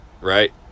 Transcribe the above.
right